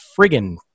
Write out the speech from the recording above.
friggin